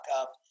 up